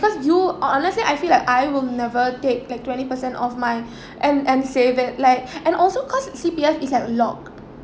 ~cause you honestly I feel like I will never take like twenty percent of my and and save that like and also cause C_P_F is like lock